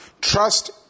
Trust